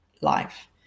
life